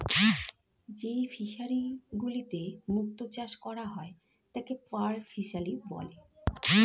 যেই ফিশারি গুলিতে মুক্ত চাষ করা হয় তাকে পার্ল ফিসারী বলে